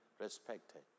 respected